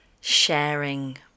sharing